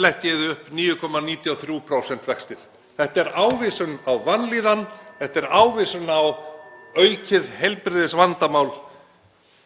eru 9,93% vextir. Þetta er ávísun á vanlíðan. Þetta er ávísun á aukið heilbrigðisvandamál